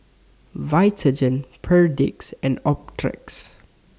Vitagen Perdix and Optrex